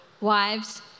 Wives